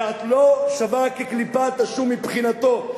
ואת לא שווה כקליפת השום מבחינתו.